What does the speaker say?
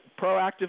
proactive